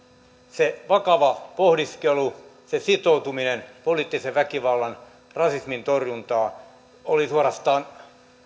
se vakava pohdiskelu se sitoutuminen poliittisen väkivallan rasismin torjuntaan oli suorastaan